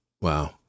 Wow